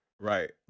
right